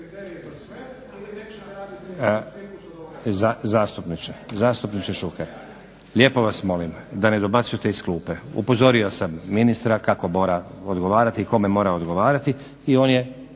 Zastupniče Šuker lijepo vas molim da ne dobacujete iz klupe. Upozorio sam ministra kako mora odgovarati i kome mora odgovarati i on je